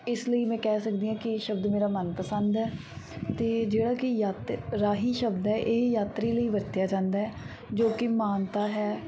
ਇਸ ਲਈ ਮੈਂ ਕਹਿ ਸਕਦੀ ਹਾਂ ਕਿ ਇਹ ਸ਼ਬਦ ਮੇਰਾ ਮਨਪਸੰਦ ਹੈ ਅਤੇ ਜਿਹੜਾ ਕਿ ਯਾਤ ਰਾਹੀ ਸ਼ਬਦ ਹੈ ਇਹ ਯਾਤਰੀ ਲਈ ਵਰਤਿਆ ਜਾਂਦਾ ਜੋ ਕਿ ਮਾਨਤਾ ਹੈ